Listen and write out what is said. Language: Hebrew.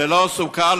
ללא סוכה,